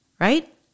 right